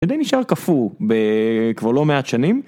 שדי נשאר קפוא כבר לא מעט שנים